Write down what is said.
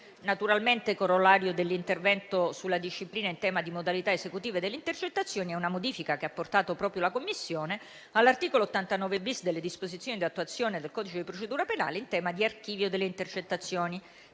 parti. Corollario dell'intervento sulla disciplina in tema di modalità esecutive delle intercettazioni è una modifica che la Commissione ha apportato all'articolo 89-*bis* delle disposizioni di attuazione del codice di procedura penale in tema di archivio delle intercettazioni.